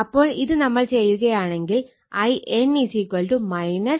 അപ്പോൾ ഇത് നമ്മൾ ചെയ്യുകയാണെങ്കിൽ In Ia Ib Ic